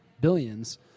Billions